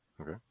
Okay